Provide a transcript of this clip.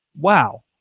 wow